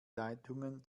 leitungen